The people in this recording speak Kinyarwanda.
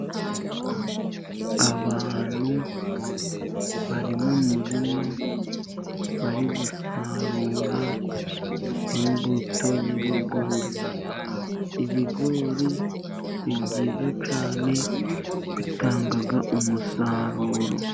Abantu bari mu murima, bari gusarura imbuto y'ibigori . Ibigori ni byiza cyane bitanga umusaruro.